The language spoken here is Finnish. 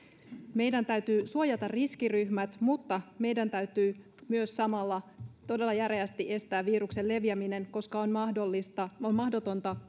meidän täytyy suojata riskiryhmät mutta meidän täytyy samalla todella järeästi estää viruksen leviäminen koska on mahdotonta